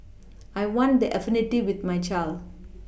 I want that affinity with my child